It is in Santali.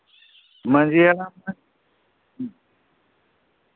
ᱢᱟᱺᱡᱷᱤ ᱦᱟᱲᱟᱢ